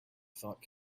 thought